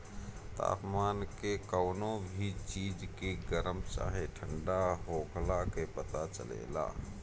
तापमान के कवनो भी चीज के गरम चाहे ठण्डा होखला के पता चलेला